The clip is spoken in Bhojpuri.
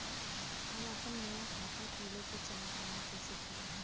हम आपन नया खाता खोले के चाह तानि कइसे खुलि?